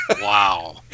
Wow